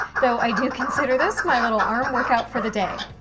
though i do consider this my little arm workout for the day.